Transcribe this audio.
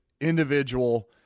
individual